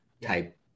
type